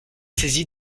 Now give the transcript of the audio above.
saisi